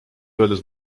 öeldes